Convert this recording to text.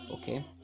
okay